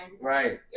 right